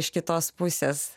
iš kitos pusės